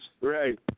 right